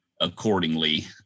accordingly